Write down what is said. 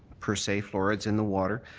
per se, floor ides in the water,